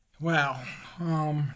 Wow